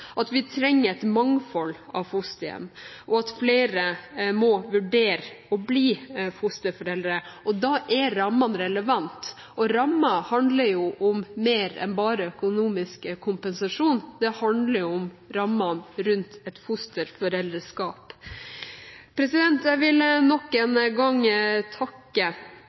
at vi trenger et mangfold av fosterhjem, og at flere må vurdere å bli fosterforeldre. Da er rammene relevante, og rammer handler om mer enn bare økonomisk kompensasjon. Det handler om rammene rundt et fosterforeldreskap. Jeg vil nok en gang takke